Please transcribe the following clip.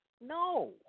No